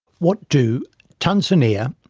what do tanzania,